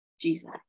Jesus